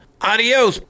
adios